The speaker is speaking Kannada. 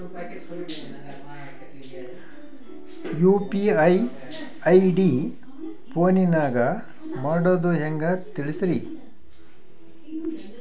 ಯು.ಪಿ.ಐ ಐ.ಡಿ ಫೋನಿನಾಗ ಮಾಡೋದು ಹೆಂಗ ತಿಳಿಸ್ರಿ?